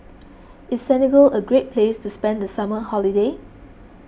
is Senegal a great place to spend the summer holiday